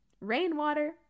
rainwater